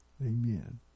Amen